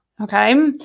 Okay